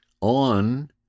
on